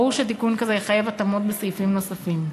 ברור שתיקון כזה יחייב התאמות בסעיפים נוספים.